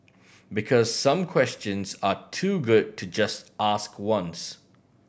because some questions are too good to just ask once